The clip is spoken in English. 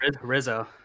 Rizzo